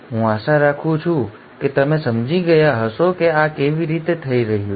હું આશા રાખું છું કે તમે સમજી ગયા હશો કે આ કેવી રીતે થઈ રહ્યું છે